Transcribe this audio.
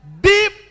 Deep